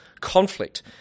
conflict